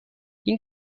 این